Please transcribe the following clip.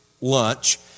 lunch